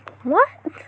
what